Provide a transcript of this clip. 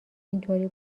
اینطوری